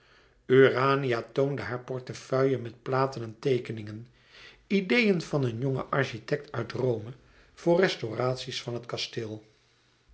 urania toonde haar portefeuille met platen en teekeningen ideeën van een jongen architect uit rome voor restauratie's van het kasteel